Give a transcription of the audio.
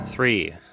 three